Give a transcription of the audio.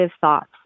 thoughts